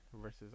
versus